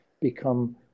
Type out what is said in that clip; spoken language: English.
become